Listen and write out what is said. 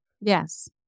Yes